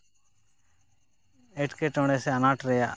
ᱮᱴᱠᱮᱴᱚᱬᱮ ᱥᱮ ᱟᱱᱟᱴ ᱨᱮᱭᱟᱜ